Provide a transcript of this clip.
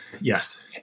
Yes